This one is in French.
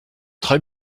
très